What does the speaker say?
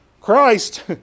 Christ